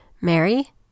Mary